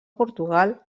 portugal